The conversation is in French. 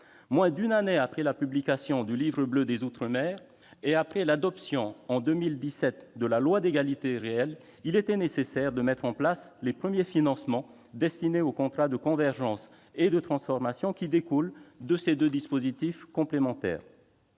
Moins d'une année après la publication du Livre bleu outre-mer et après l'adoption, en 2017, de la loi de programmation relative à l'égalité réelle outre-mer, il était nécessaire de mettre en place les premiers financements destinés aux contrats de convergence et de transformation qui découlent de ces deux dispositifs complémentaires.